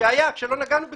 כשלא נגענו בכלום.